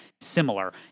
similar